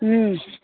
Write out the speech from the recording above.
ம்